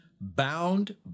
bound